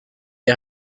est